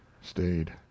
stayed